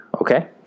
Okay